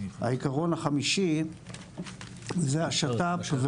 העיקרון החמישי זה השת"פ,